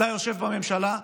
אתה יושב בממשלה.